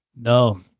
No